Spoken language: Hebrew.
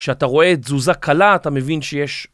כשאתה רואה תזוזה קלה אתה מבין שיש...